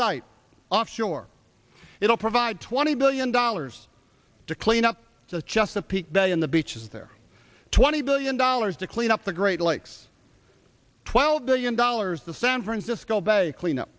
sight off shore it'll provide twenty billion dollars to clean up the chesapeake bay in the beaches there are twenty billion dollars to clean up the great lakes twelve billion dollars the san francisco bay clean up